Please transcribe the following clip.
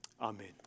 Amen